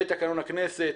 בתקנון הכנסת.